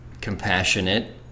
compassionate